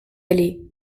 aller